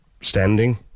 standing